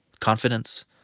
confidence